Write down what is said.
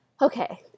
Okay